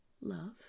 love